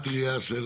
גימטרייה של